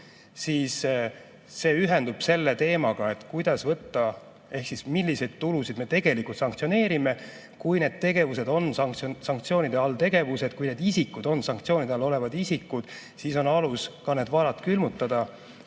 siis see ühendub selle teemaga, milliseid tulusid me tegelikult sanktsioneerime. Kui teatud tegevused on sanktsioonide all olevad tegevused, kui teatud isikud on sanktsioonide all olevad isikud, siis on alus ka need varad külmutada.